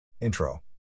Intro